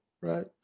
right